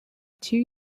two